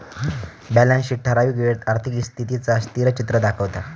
balance sheet ठरावीक वेळेत आर्थिक स्थितीचा स्थिरचित्र दाखवता